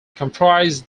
comprised